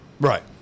Right